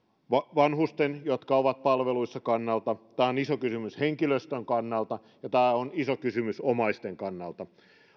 vanhusten kannalta jotka ovat palveluissa tämä on iso kysymys henkilöstön kannalta ja tämä on iso kysymys omaisten kannalta